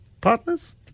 partners